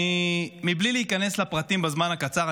בלי להיכנס לפרטים בזמן הקצר,